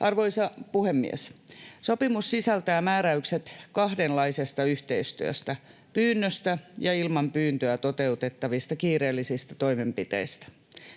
Arvoisa puhemies! Sopimus sisältää määräykset kahdenlaisesta yhteistyöstä: pyynnöstä ja ilman pyyntöä toteutettavista kiireellisistä toimenpiteistä.